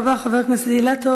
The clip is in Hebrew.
תודה רבה, חבר הכנסת אילטוב.